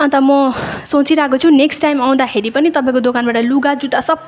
अन्त म सोँचिराको छु नेक्स्ट टाइम आउँदाखेरि पनि तपैको दोकानबड लुगा जुत्ता सप्पै